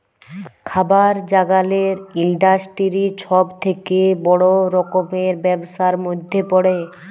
খাবার জাগালের ইলডাসটিরি ছব থ্যাকে বড় রকমের ব্যবসার ম্যধে পড়ে